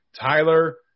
Tyler